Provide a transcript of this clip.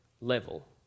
level